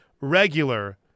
regular